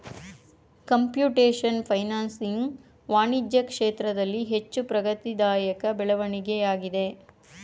computation financing ವಾಣಿಜ್ಯ ಕ್ಷೇತ್ರದಲ್ಲಿ ಹೆಚ್ಚು ಪ್ರಗತಿದಾಯಕ ಬೆಳವಣಿಗೆಯಾಗಿದೆ